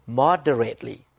moderately